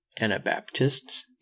Anabaptists